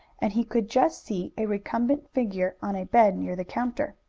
and he could just see a recumbent figure on a bed near the counter.